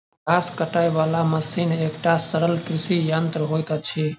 घास काटय बला मशीन एकटा सरल कृषि यंत्र होइत अछि